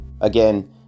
Again